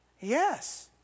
Yes